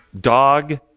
dog